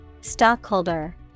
Stockholder